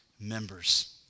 members